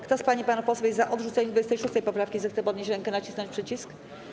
Kto z pań i panów posłów jest za odrzuceniem 26. poprawki, zechce podnieść rękę i nacisnąć przycisk.